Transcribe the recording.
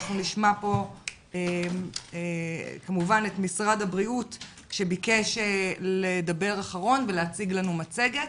נשמע פה כמובן את משרד הבריאות שביקש לדבר אחרון ולהציג לנו מצגת.